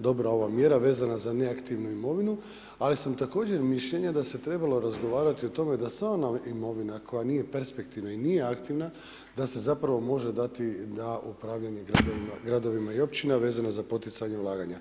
dobra ova mjera vezana za neaktivnu imovinu, ali sam također mišljenja da se trebalo razgovarati o tome, da sva ona imovina koja nije perspektivna i nije aktivna, da se zapravo može dati na upravljanje gradova i općinama vezano za poticanje i ulaganja.